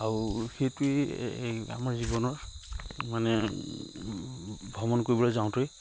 আৰু সেইটোৱেই আমাৰ জীৱনৰ মানে ভ্ৰমণ কৰিবলৈ যাওঁতে